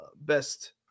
best